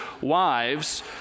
wives